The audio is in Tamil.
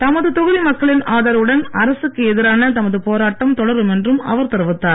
தமது தொகுதி மக்களின் ஆதரவுடன் அரசுக்கு எதிரான தமது போராட்டம் தொடரும் என்றும் அவர் தெரிவித்தார்